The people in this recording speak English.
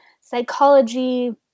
psychology